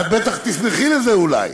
את בטח תשמחי על זה, אולי.